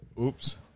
Oops